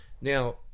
Now